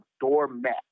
doormat